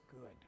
good